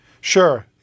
Sure